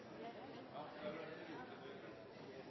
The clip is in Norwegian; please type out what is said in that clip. i